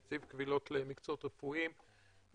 נציב קבילות למקצועות רפואיים,